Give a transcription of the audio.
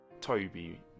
Toby